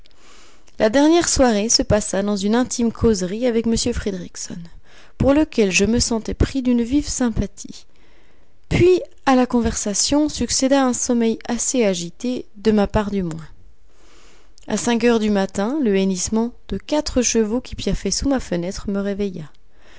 la dernière soirée se passa dans une intime causerie avec m fridrikssonn pour lequel je me sentais pris d'une vive sympathie puis à la conversation succéda un sommeil assez agité de ma part du moins a cinq heures du matin le hennissement de quatre chevaux qui piaffaient sous ma fenêtre me réveilla